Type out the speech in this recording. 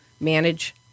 manage